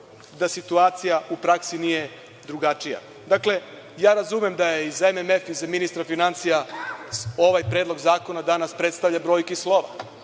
da situacija u praksi nije drugačija. Ja razumem da i za MMF i za ministra finansija ovaj Predlog zakona danas predstavlja brojke i slova. Oni